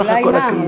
אולי מה?